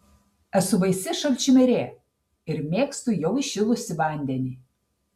esu baisi šalčmirė ir mėgstu jau įšilusį vandenį